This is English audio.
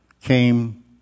came